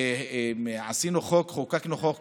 ב-2016 חוקקנו חוק